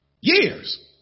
Years